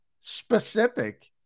specific